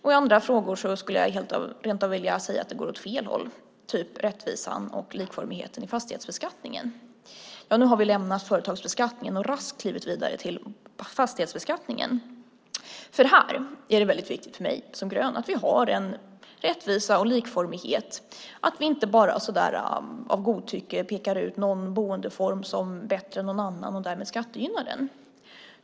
I andra skulle jag rent av vilja säga att det går åt fel håll, typ rättvisan och likformigheten i fastighetsbeskattningen. Nu har vi lämnat företagsbeskattningen och raskt klivit vidare till fastighetsbeskattningen. Här är det viktigt för mig som grön att vi har en rättvisa och likformighet och inte efter godtycke pekar ut någon boendeform som bättre än någon annan och därmed skattegynnar den.